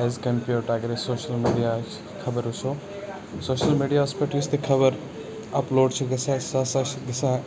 as compared to اَگرٕے social میٖڈیاہَس خَبر وٕچھو سوشَل میٖڈیاہَس پٮ۪ٹھ یُس تہِ خبر اَپلوڈ چھِ گژھان سُہ ہسا چھِ گژھان